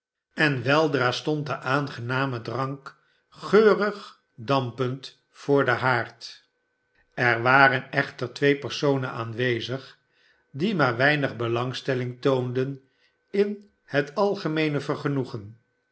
en weldra stond de aangename drank geung dampend voor den haard er waren echter twee personen aanwezig die maar weinig belangstelling toonden in het algemeene vergenoegen